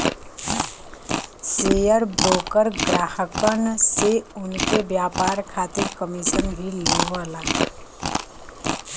share broker ग्राहकन से उनके व्यापार खातिर कमीशन भी लेवला